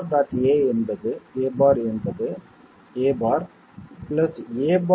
a என்பது a'